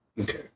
Okay